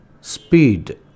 speed